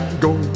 go